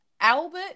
Albert